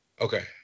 Okay